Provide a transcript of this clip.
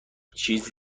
چیز